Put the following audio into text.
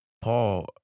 Paul